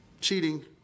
cheating